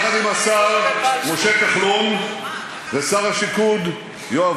ויחד עם השר משה כחלון ושר השיכון יואב